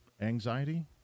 anxiety